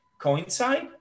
coincide